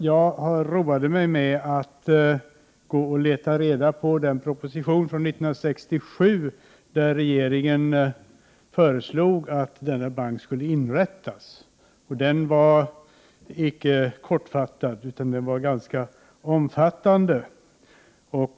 Jag roade mig med att leta reda på den proposition från 1967 där regeringen föreslog att denna bank skulle inrättas, och den var inte kortfattad utan ganska omfattande.